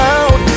out